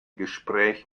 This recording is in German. gespräch